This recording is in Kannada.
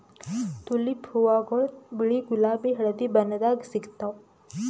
ತುಲಿಪ್ ಹೂವಾಗೊಳ್ ಬಿಳಿ ಗುಲಾಬಿ ಹಳದಿ ಬಣ್ಣದಾಗ್ ಸಿಗ್ತಾವ್